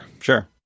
Sure